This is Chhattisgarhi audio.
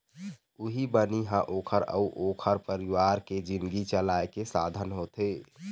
उहीं बनी ह ओखर अउ ओखर परिवार के जिनगी चलाए के साधन होथे